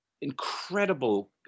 incredible